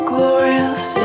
Glorious